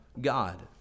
God